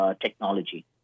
technology